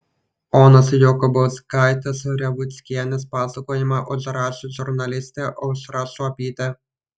onos jakubauskaitės revuckienės pasakojimą užrašė žurnalistė aušra šuopytė